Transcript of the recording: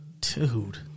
dude